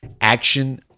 action